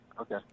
Okay